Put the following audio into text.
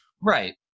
Right